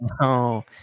No